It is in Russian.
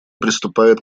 приступает